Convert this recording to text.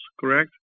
correct